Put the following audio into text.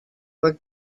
were